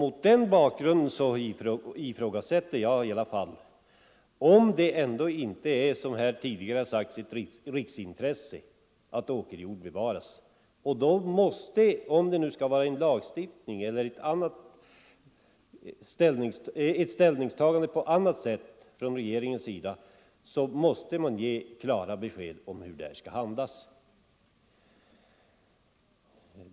Mot den bakgrunden ifrågasätter jag om det ändå inte är, som här tidigare sagts, ett riksintresse att åkerjord bevaras. Oavsett om det sker i form av lagstiftning eller genom ett ställningstagande på annat sätt från regeringens sida, så måste man ge klara besked om hur det skall handlas.